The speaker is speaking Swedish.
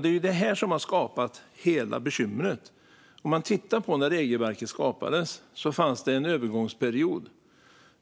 Det är det här som har skapat hela bekymret. När regelverket skapades fanns en övergångsperiod.